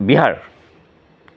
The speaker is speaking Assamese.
বিহাৰ